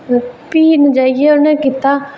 ते प्ही जाइयै उ'नें कीता